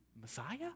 Messiah